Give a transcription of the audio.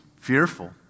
fearful